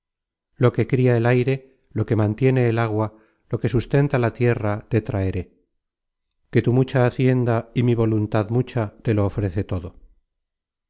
lo que cria el aire lo que mantiene el agua lo que sustenta la tierra te traeré que tu mucha hacienda y mi voluntad mucha te lo ofrece todo